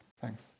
Thanks